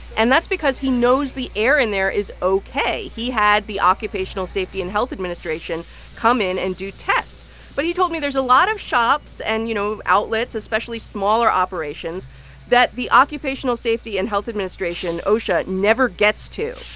and that's because he knows the air in there is ok. he had the occupational safety and health administration come in and do tests. but he told me there's a lot of shops and, you know, outlets, especially smaller operations that the occupational safety and health administration, osha, never gets to.